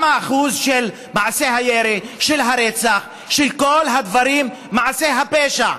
מה שיעור מעשי הירי, הרצח, כל הדברים, מעשי הפשע?